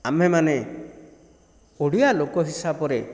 ଆମେ ମାନେ ଓଡ଼ିଆ ଲୋକ ହିସାବରେ